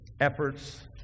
efforts